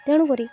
ତେଣୁକରି